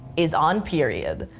is on period.